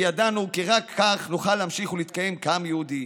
כי ידענו כי רק כך נוכל להמשיך ולהתקיים כעם יהודי.